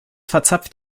verzapft